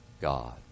God